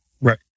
Right